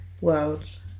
worlds